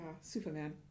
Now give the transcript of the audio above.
Superman